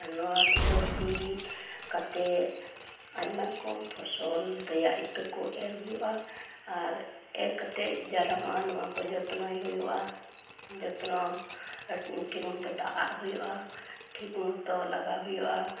ᱱᱚᱣᱛᱮᱫᱚ ᱥᱤ ᱠᱟᱛᱮᱫ ᱟᱭᱢᱟ ᱨᱚᱠᱚᱢ ᱯᱷᱚᱥᱚᱞ ᱨᱮᱭᱟᱜ ᱤᱛᱟᱹᱠᱚ ᱮᱨ ᱦᱩᱭᱩᱜᱼᱟ ᱟᱨ ᱮᱨ ᱠᱟᱛᱮᱫ ᱡᱟᱱᱟᱢᱚᱜᱼᱟ ᱱᱚᱣᱟᱠᱚ ᱡᱚᱛᱱᱚᱭ ᱦᱩᱭᱩᱜᱼᱟ ᱡᱚᱛᱱᱚ ᱴᱷᱤᱠ ᱢᱚᱛᱚ ᱫᱟᱜᱽᱼᱟᱜ ᱦᱩᱭᱩᱜᱼᱟ ᱴᱷᱤᱠᱢᱚᱛᱚ ᱞᱟᱜᱟᱣ ᱦᱩᱭᱩᱜᱼᱟ